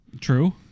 true